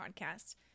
podcast